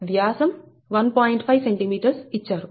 5 cm ఇచ్చారు